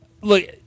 look